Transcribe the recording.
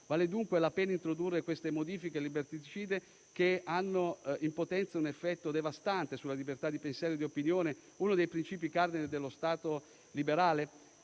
Vale dunque la pena introdurre queste modifiche liberticide che hanno in potenza un effetto devastante sulla libertà di pensiero e di opinione, che è uno dei principi cardine dello Stato liberale?